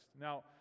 Now